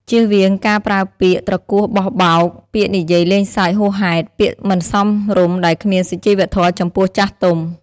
ជៀសវាងការប្រើពាក្យត្រគោះបោះបោក ពាក្យនិយាយលេងសើចហួសហេតុ ពាក្យមិនសមរម្យដែលគ្មានសុជីវធម៌ចំពោះចាស់ទុំ។